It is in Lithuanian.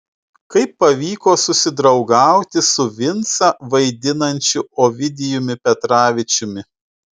kaip pavyko susidraugauti su vincą vaidinančiu ovidijumi petravičiumi